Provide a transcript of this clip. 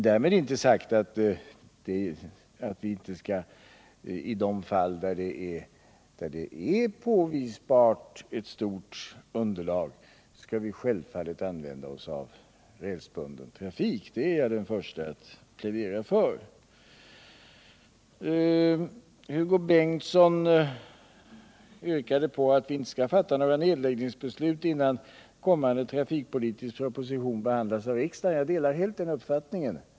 Därmed inte sagt annat än att vi i de fall där det påvisbart finns ett stort underlag självfallet skall använda oss av rälsbunden trafik. Det är jag den förste att plädera för. Hugo Bengtsson yrkade på att vi inte skall fatta några nedläggningsbeslut innan den kommande trafikpolitiska propositionen behandlats av riksdagen. Jag delar helt den uppfattningen.